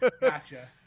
Gotcha